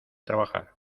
trabajar